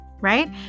right